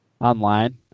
online